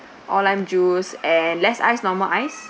all lime juice and less ice normal ice